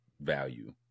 value